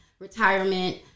Retirement